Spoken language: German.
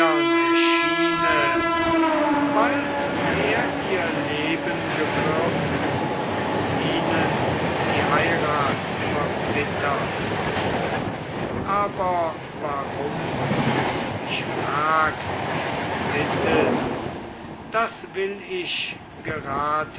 erschiene bald wär ihr leben gekürzt und ihnen die heirat verbittert aber warum du mich fragst und bittest das will ich